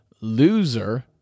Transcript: loser